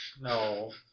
No